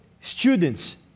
students